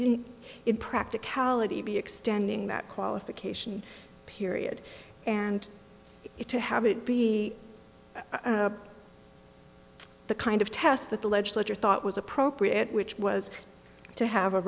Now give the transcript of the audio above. it practicality be extending that qualification period and it to have it be the kind of test that the legislature thought was appropriate which was to have a